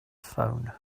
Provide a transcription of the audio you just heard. phone